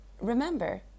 Remember